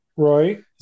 Right